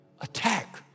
Attack